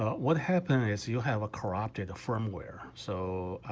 what happened is you have a corrupted firmware so